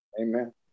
Amen